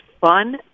fun